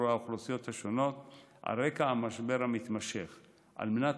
האוכלוסיות השונות על רקע המשבר המתמשך על מנת